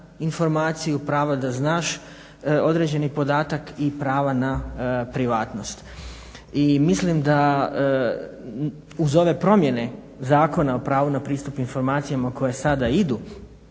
informaciju, prava da znaš određeni podatak i prava na privatnost. I mislim da uz ove promjene Zakona o pravu na pristup informacijama koje sada idu